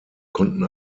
konnten